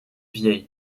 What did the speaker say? vieilles